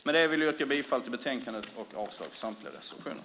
Med det vill jag yrka bifall till förslaget i betänkandet och avslag på samtliga reservationer.